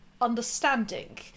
understanding